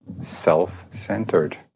self-centered